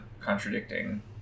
contradicting